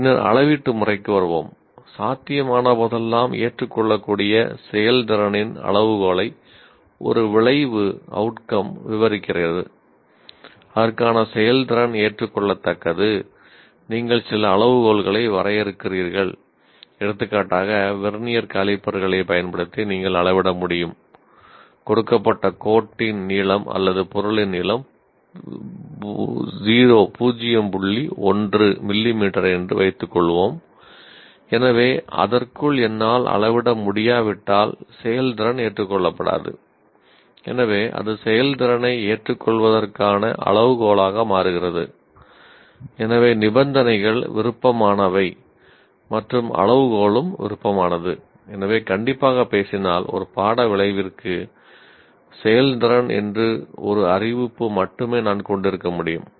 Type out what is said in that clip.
பின்னர் அளவீட்டு முறைக்கு வருவோம் சாத்தியமான போதெல்லாம் ஏற்றுக்கொள்ளக்கூடிய செயல்திறனின் அளவுகோலை ஒரு விளைவு செயல்திறன் என்று ஒரு அறிவிப்பு மட்டுமே நான் கொண்டிருக்க முடியும்